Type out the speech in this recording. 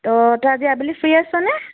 অঁ তই আজি আবেলি ফ্ৰী আছ নে